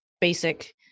basic